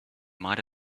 might